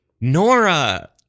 Nora